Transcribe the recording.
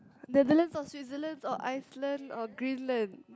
Netherland or Switzerland or Iceland or Greenland